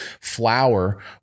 flour